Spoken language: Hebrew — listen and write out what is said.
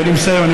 ואני מסיים,